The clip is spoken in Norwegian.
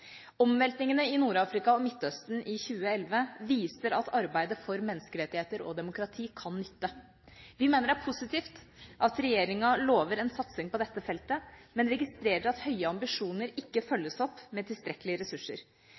Omveltningene i Nord-Afrika og Midtøsten i 2011 viser at arbeidet for menneskerettigheter og demokrati kan nytte. Vi mener at det er positivt at regjeringa lover en satsing på dette feltet, men registrerer at høye ambisjoner ikke følges opp med tilstrekkelige ressurser.